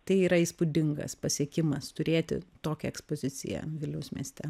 tai yra įspūdingas pasiekimas turėti tokią ekspoziciją vilniaus mieste